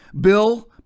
bill